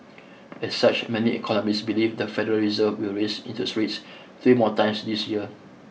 as such many economists believe the Federal Reserve will raise interest rates three more times this year